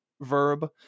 verb